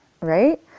right